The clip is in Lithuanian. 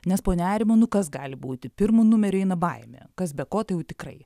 nes po nerimo nu kas gali būti pirmu numeriu eina baimė kas be ko tai jau tikrai